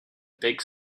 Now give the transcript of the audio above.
big